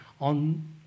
on